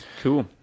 Cool